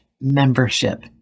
membership